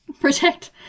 protect